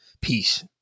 Peace